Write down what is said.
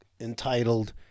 entitled